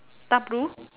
dark blue